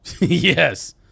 Yes